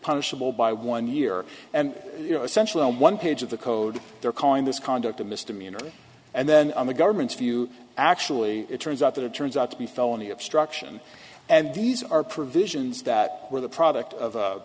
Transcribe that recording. punishable by one year and you know essentially one page of the code they're calling this conduct a misdemeanor and then on the government's view actually it turns out that it turns out to be felony obstruction and these are provisions that were the product of